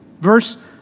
Verse